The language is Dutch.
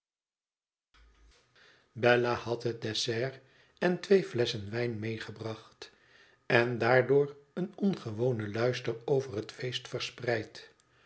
bella had het desserten twee flesschen wijn medegebracht en daardoor een ongewonen luister over het feest verspreid